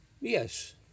Yes